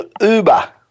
Uber